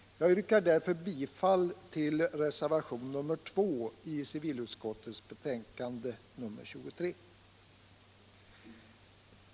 Jag yrkar därför bifall till reservation nr 2 vid civilutskottets betänkande nr 23.